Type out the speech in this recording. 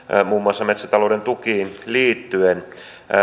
muun muassa metsätalouden tukiin liittyen